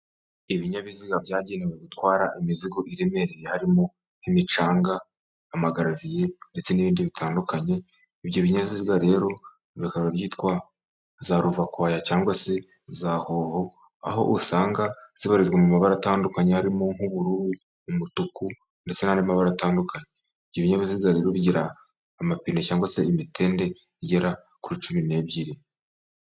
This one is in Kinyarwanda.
Ibinyabiziga byagenewe gutwara imizigo iremereye harimo imicanga, amagaraviye ndetse n'ibindi bitandukanye . Ibyo binyabiziga rero bikaba byitwa za Ruvakwaya cyangwa se za Hoho ,aho usanga bibarizwa mu mabara atandukanye harimo nk'ubururu, umutuku ndetse n'andi mabara atandukanye . Ibyo binyabiziga bigira amapine cyangwa se imitende igera kuri cumi n'ebyiri.